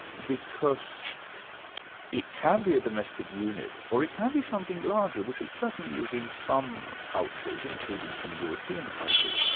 because it can be a domestic unit, or it can be something larger, which it certainly is in some cultures, including some european cultures,